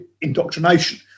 indoctrination